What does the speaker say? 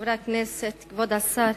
חברי הכנסת, כבוד השר,